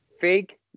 Fake